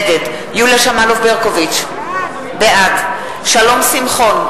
נגד יוליה שמאלוב-ברקוביץ, בעד שלום שמחון,